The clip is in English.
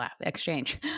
exchange